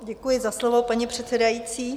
Děkuji za slovo, paní předsedající.